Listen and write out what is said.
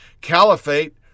Caliphate